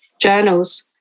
journals